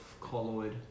Colloid